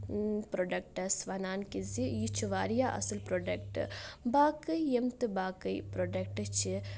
products ونان کہِ زِ یہِ چھُ واریاہ اَصل پروڈکٹ باقے یِم تہِ باقے پروڈکٹ چھ